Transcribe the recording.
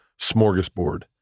smorgasbord